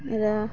आरो